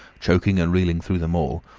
choking and reeling through them all,